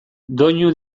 doinu